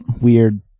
weird